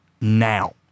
Now